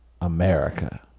America